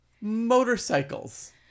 Motorcycles